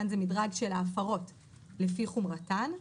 של ההפרות לפי חומרתן.